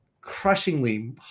crushingly